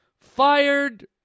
Fired